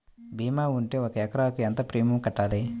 భీమా ఉంటే ఒక ఎకరాకు ఎంత ప్రీమియం కట్టాలి?